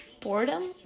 Boredom